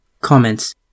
Comments